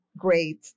Great